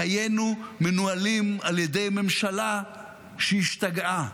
חיינו מנוהלים על ידי ממשלה שהשתגעה.